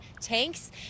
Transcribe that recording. tanks